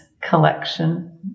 collection